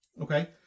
okay